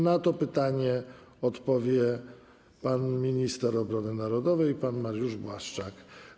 Na to pytanie odpowie minister obrony narodowej pan Mariusz Błaszczak.